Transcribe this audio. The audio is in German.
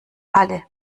alle